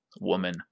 woman